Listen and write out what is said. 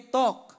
talk